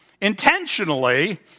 intentionally